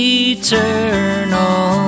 eternal